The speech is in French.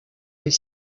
est